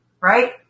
Right